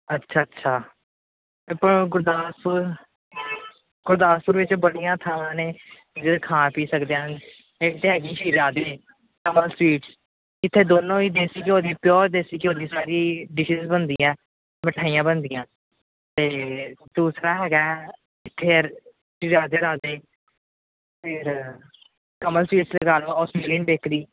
ਅੱਛਾ ਅੱਛਾ ਅਤੇ ਪਰ ਗੁਰਦਾਸਪੁਰ ਗੁਰਦਾਸਪੁਰ ਵਿੱਚ ਬੜੀਆਂ ਥਾਵਾਂ ਨੇ ਜਿੱਥੇ ਖਾ ਪੀ ਸਕਦੇ ਹਨ ਇੱਕ ਤਾਂ ਹੈਗੀ ਸ਼ੀਲਾਦੀਨ ਕਮਲ ਸਵੀਟਸ ਇੱਥੇ ਦੋਨੋਂ ਹੀ ਦੇਸੀ ਘਿਓ ਦੀ ਪਿਓਰ ਦੇਸੀ ਘਿਓ ਦੀ ਸਾਰੀ ਡਿਸ਼ਿਜ਼ ਬਣਦੀਆਂ ਮਿਠਾਈਆਂ ਬਣਦੀਆਂ ਅਤੇ ਦੂਸਰਾ ਹੈਗਾ ਹੈ ਇੱਥੇ ਰ ਰਾਧੇ ਰਾਧੇ ਫਿਰ ਕਮਲ ਸਵੀਟਸ ਆਸਟ੍ਰੇਲੀਅਨ ਬੇਕਰੀ